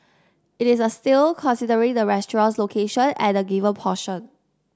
it is a steal considerate the restaurant's location and the given portion